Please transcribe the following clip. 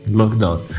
lockdown